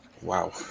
wow